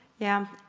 yeah,